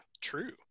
true